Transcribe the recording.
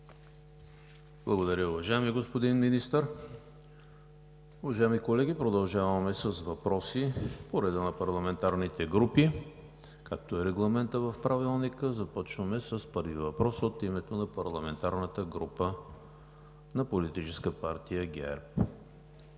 Благодаря Ви, уважаеми господин Министър. Уважаеми колеги, продължаваме с въпроси по реда на парламентарните групи, както е регламентът в Правилника. Започваме с първия въпрос – от името на парламентарната група на Политическа партия ГЕРБ.